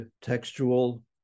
textual